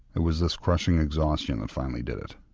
it was this crushing exhaustion that finally did it.